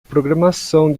programação